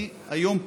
אני היום,